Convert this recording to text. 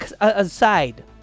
aside